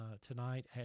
tonight